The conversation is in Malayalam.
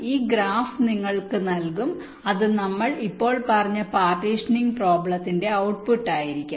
ഈ ഗ്രാഫ് നിങ്ങൾക്ക് നൽകും അത് നമ്മൾ ഇപ്പോൾ പറഞ്ഞ പാർട്ടീഷനിങ് പ്രോബ്ളത്തിന്റെ ഔട്ട്പുട്ട് ആയിരിക്കും